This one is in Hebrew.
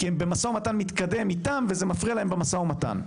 זה כי הם במשא ומתן מתקדם איתם וזה מפריע להם במשא ומתן.